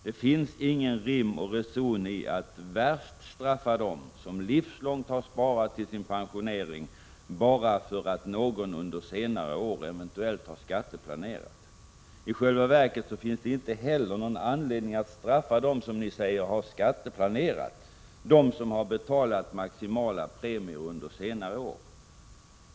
Det finns ingen rim och reson i att hårdast straffa dem som har ett livslångt sparande till sin pensionering bakom sig bara för att någon under senare år eventuellt har skatteplanerat. I själva verket finns det inte heller någon anledning att straffa dem som enligt vad ni säger har skatteplanerat, dvs. dem som har betalat maximala premier under senare år.